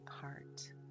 heart